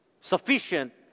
Sufficient